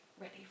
ready